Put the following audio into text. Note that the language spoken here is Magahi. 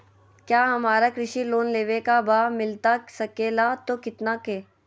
क्या हमारा कृषि लोन लेवे का बा मिलता सके ला तो कितना के?